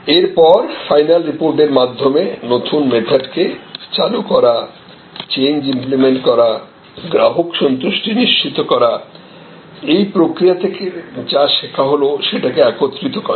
এরপর ফাইনাল রিপোর্টের মাধ্যমে নতুন মেথডকে চালু করা চেঞ্জ ইম্প্লেমেন্ট করা গ্রাহক সন্তুষ্টি নিশ্চিত করা এই প্রক্রিয়া থেকে যা শেখা হল সেটাকে একত্রিত করা